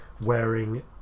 wearing